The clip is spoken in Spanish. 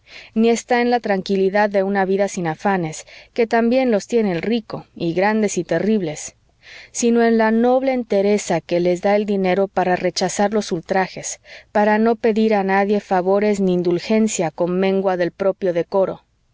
ni está en la tranquilidad de una vida sin afanes que también los tiene el rico y grandes y terribles sino en la noble entereza que les da el dinero para rechazar los ultrajes para no pedir a nadie favores ni indulgencia con mengua del propio decoro